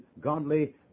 godly